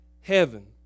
heaven